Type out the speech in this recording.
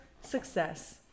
success